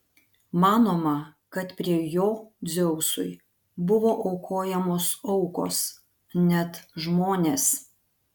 manoma kad prie jo dzeusui buvo aukojamos aukos net žmonės